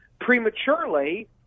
prematurely